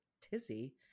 tizzy